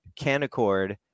Canaccord